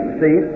see